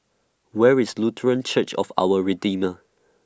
Where IS Lutheran Church of Our Redeemer